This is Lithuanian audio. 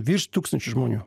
virš tūkstančio žmonių